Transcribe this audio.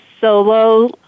Solo